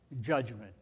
judgment